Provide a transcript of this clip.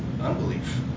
unbelief